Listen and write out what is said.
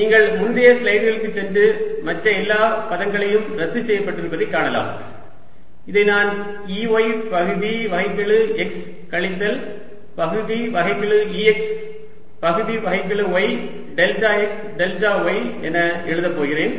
dlEY∂XXY EX∂yXY நீங்கள் முந்தைய ஸ்லைடுகளுக்குச் சென்று மற்ற எல்லா பதங்களும் ரத்து செய்ய பட்டிருப்பதைக் காணலாம் இதை நான் Ey பகுதி வகைக்கெழு x கழித்தல் பகுதி வகைக்கெழு Ex பகுதி வகைக்கெழு y delta x delta y என எழுதப் போகிறேன்